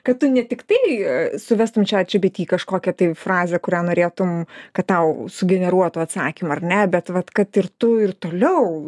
kad tu ne tiktai suvestum chat gpt kažkokią tai frazę kurią norėtum kad tau sugeneruotų atsakymą ar ne bet vat kad ir tu ir toliau